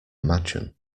imagine